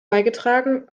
beigetragen